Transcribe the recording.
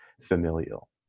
familial